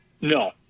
no